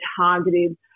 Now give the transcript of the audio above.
targeted